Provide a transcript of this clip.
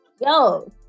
Yo